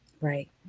Right